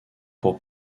pour